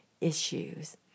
issues